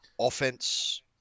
Offense